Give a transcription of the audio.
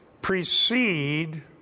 precede